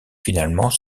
finalement